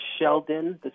Sheldon